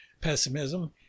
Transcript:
pessimism